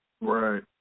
Right